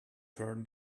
turn